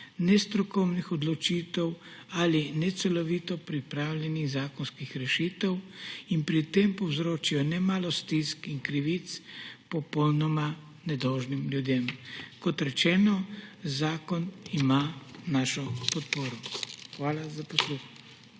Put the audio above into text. nestrokovnih odločitev ali necelovito pripravljenih zakonskih rešitev in pri tem povzročijo nemalo stisk in krivic popolnoma nedolžnim ljudem. Kot rečeno, zakon ima našo podporo. Hvala za posluh.